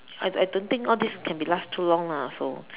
I I don't think all this can be last too long lah so